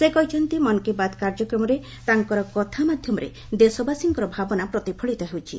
ସେ କହିଛନ୍ତି ମନ୍ କୀ ବାତ୍ କାର୍ଯ୍ୟକ୍ରମରେ ତାଙ୍କ କଥା ମାଧ୍ୟମରେ ଦେଶବାସୀଙ୍କର ଭାବନା ପ୍ରତିଫଳିତ ହେଉଛି